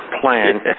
plan